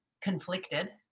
conflicted